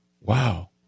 Wow